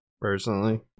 personally